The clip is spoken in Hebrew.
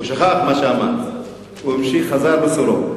הוא שכח מה שאמר, הוא חזר לסורו.